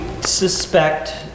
suspect